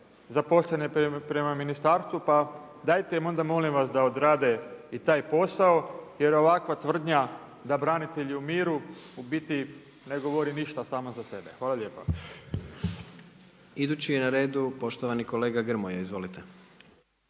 zapošljavanje prema ministarstvu. Pa dajte im onda molim vas da odrade i taj posao, jer ovakva tvrdnja da branitelji umiru, u biti ne govori ništa sama za sebe. Hvala lijepa.